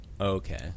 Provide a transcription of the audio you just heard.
Okay